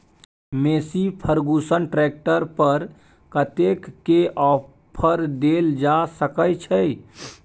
Massey Ferguson tractor पर कतेक के ऑफर देल जा सकै छै?